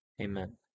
Amen